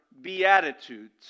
Beatitudes